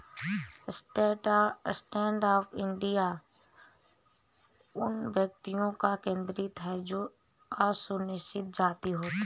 stand up India उन व्यक्तियों पर केंद्रित है जो अनुसूचित जाति होती है